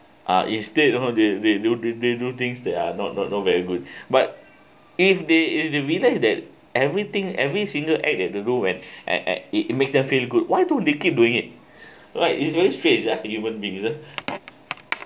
uh instead you know they they do they do things that are not not not very good but if they if they realize that everything every single act they to do when at at it it makes them feel good why don't they keep doing it right it's very straight uh even being